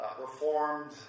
reformed